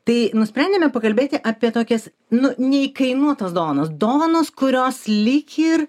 tai nusprendėme pakalbėti apie tokias nu neįkainotas dovanas dovanas kurios lyg ir